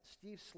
Steve